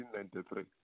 1993